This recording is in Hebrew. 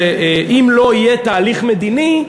שאם לא יהיה תהליך מדיני,